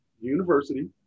University